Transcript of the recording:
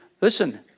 Listen